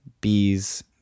Bees